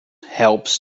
helps